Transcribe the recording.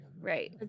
Right